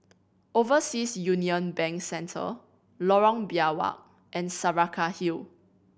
Overseas Union Bank Centre Lorong Biawak and Saraca Hill